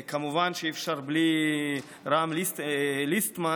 כמובן שאי-אפשר בלי רם ליסטמן,